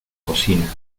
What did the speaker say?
cocina